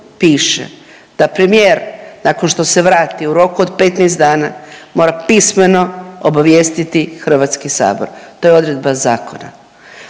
da premijer nakon što se vrati u roku od 15 dana mora pismeno obavijestiti HS, to je odredba zakona,